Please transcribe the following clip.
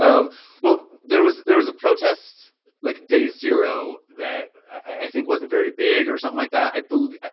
um well, there was there was a protest like day zero that i think wasn't very big or something like that, i believe.